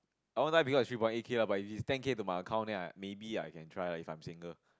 I won't because three point eight K lah but if it's ten K to my account then I maybe I can try ah if I'm single